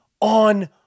on